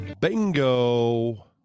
Bingo